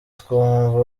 twumva